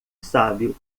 sábio